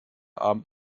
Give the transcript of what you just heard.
abend